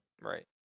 right